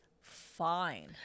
fine